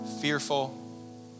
fearful